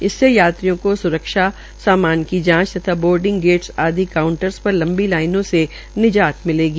इससे यात्रियों को सुरक्षा सामान की जांच तथा बोर्डिंग गेट आदि काउंटरर्स पर लंबी लाइनों से निजात मिलेगी